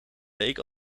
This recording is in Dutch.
leek